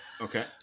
Okay